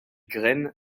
graines